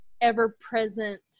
ever-present